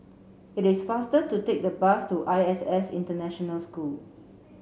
it is faster to take the bus to I S S International School